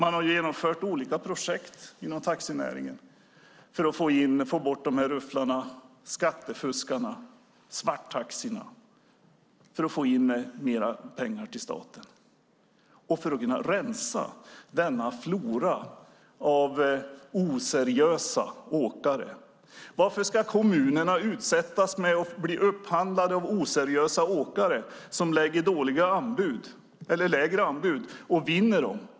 Man har genomfört olika projekt inom taxinäringen för att få bort rufflarna, skattefuskarna och svarttaxibilarna för att få in mer pengar till staten och för att kunna rensa i denna flora av oseriösa åkare. Varför ska kommunerna utsättas för oseriösa åkare som lägger dåliga anbud och vinner upphandlingarna?